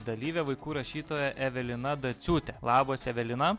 dalyve vaikų rašytoja evelina dociūte labas evelina